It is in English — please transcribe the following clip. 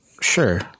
Sure